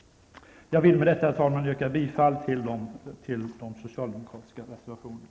Jag vill med det anförda yrka bifall till de socialdemokratiska reservationerna.